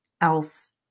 else